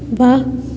ਵਾਹ